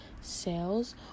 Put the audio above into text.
sales